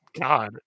God